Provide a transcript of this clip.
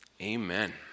Amen